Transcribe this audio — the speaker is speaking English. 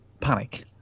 panic